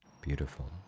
Beautiful